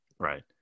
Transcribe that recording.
Right